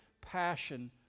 passion